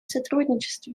сотрудничества